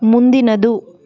ಮುಂದಿನದು